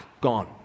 gone